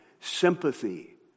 Sympathy